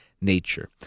nature